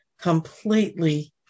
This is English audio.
completely